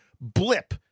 blip